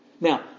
Now